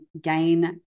gain